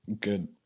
good